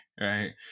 right